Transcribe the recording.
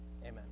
amen